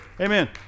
amen